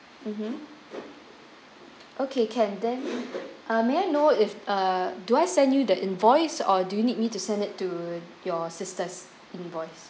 mmhmm okay can then may know if uh do I send you the invoice or do you need me to send it to your sister's invoice